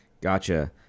Gotcha